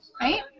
Right